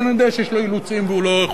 אבל אני יודע שיש לו אילוצים והוא לא יכול.